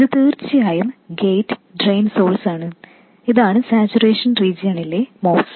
ഇത് തീർച്ചയായും gate drain സൊഴ്സാണ് ഇതാണ് സാച്ചുറേഷൻ റീജ്യണലിലെ MOS